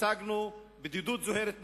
השגנו בדידות זוהרת בעולם,